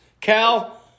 Cal